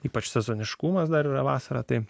ypač sezoniškumas dar yra vasarą tai